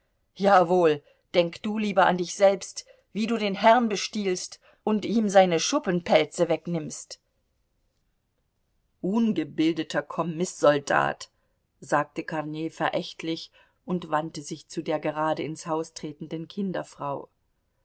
jawohl denk du lieber an dich selbst wie du den herrn bestiehlst und ihm seine schuppenpelze wegnimmst ungebildeter kommißsoldat sagte kornei verächtlich und wandte sich zu der gerade ins haus tretenden kinderfrau